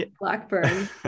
Blackburn